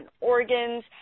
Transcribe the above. organs